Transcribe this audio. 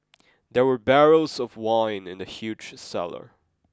there were barrels of wine in the huge cellar